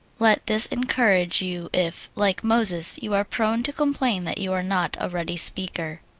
let this encourage you if, like moses, you are prone to complain that you are not a ready speaker.